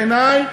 בעיני,